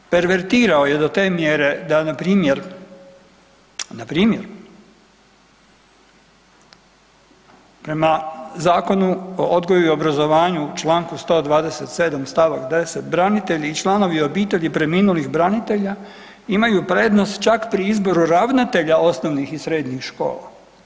Pervertirao je do te mjere, da npr., npr. prema Zakonu o odgoju i obrazovanju, čl. 127 st. 10 branitelji i članovi obitelji preminulih branitelja imaju prednost čak pri izboru ravnatelja osnovnih i srednjih škola.